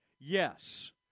yes